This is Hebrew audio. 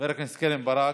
קרן ברק,